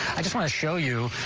i just want to show you.